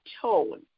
tone